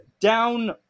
Down